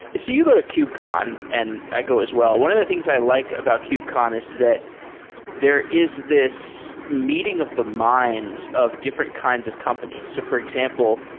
you go to kubcon, and i go as well. one of the things i like about kubcon is that there is this meeting of the minds of different kinds of companies. so for example,